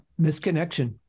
misconnection